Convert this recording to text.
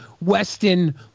Weston